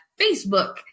Facebook